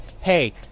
Hey